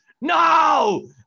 No